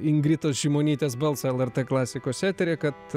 ingridos šimonytės balsą lrt klasikos eteryje kad